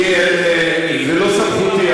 זה לא סמכותי,